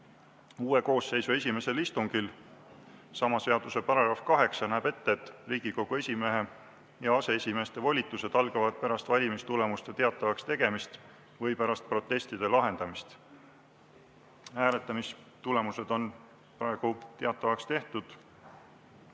uue koosseisu esimesel istungil. Sama seaduse § 8 näeb ette, et Riigikogu esimehe ja aseesimeeste volitused algavad pärast valimistulemuste teatavakstegemist või pärast protestide lahendamist. Hääletamistulemused on praegu teatavaks tehtud.